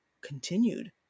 continued